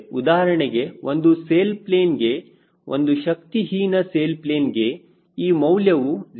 ಉದಾಹರಣೆಗೆ ಒಂದು sail plane ಗೆ ಒಂದು ಶಕ್ತಿಹೀನ ಸೇಲ್ ಪ್ಲೇನ್ ಗೆ A ಮೌಲ್ಯವು 0